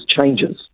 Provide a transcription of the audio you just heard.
changes